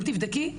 אם תבדקי,